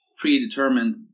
predetermined